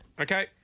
Okay